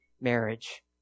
marriage